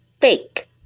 fake